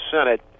Senate